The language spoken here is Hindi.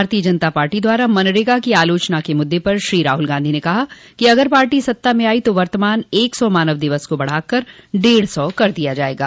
भारतीय जनता पार्टी द्वारा मनरेगा की आलोचना के मुद्दे पर श्री राहुल गांधी ने कहा कि अगर पार्टी सत्ता में आई तो वर्तमान एक सौ मानव दिवस को बढ़ाकर डेढ़ सौ कर दिया जाएगा